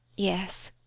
yes.